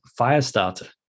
Firestarter